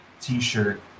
T-shirt